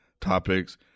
topics